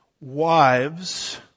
wives